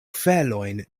felojn